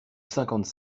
cinquante